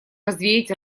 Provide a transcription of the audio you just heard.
развеять